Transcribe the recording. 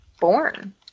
born